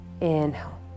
Inhale